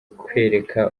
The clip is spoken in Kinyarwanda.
kwereka